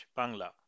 bangla